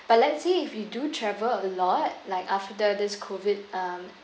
but let say if you do travel a lot like after the this COVID um